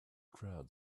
crowd